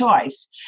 choice